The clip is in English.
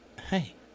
Hey